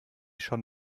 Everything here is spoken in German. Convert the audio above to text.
schon